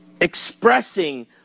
expressing